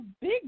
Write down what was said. big